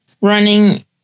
running